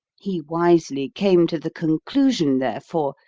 he wisely came to the conclusion, therefore,